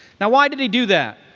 now, why did he do that?